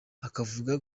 akavuga